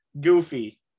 Goofy